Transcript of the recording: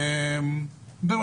זהו.